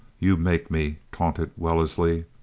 you make me! taunted wellesley.